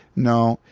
no.